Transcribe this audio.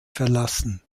verlassen